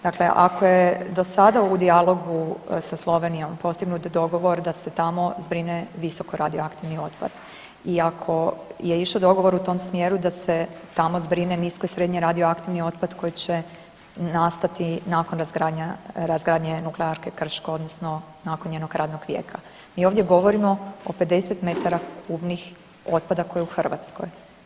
Dakle, ako je do sada u dijalogu sa Slovenijom postignut dogovor da se tamo zbrine visokoradioaktivni otpad i ako je išao dogovor u tom smjeru da se tamo zbrine nisko i srednje radioaktivni otpad koji će nastati nakon razgradnje nuklearke Krško odnosno nakon njenog radnog vijeka, mi ovdje govorimo o 50 metara kubnih otpada koji je u Hrvatskoj.